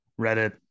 Reddit